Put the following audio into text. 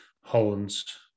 Hollands